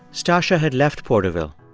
stacya had left porterville.